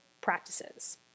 practices